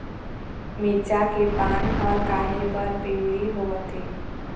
मिरचा के पान हर काहे बर पिवरी होवथे?